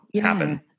happen